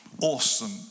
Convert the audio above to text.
Awesome